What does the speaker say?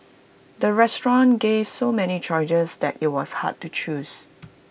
the restaurant gave so many choices that IT was hard to choose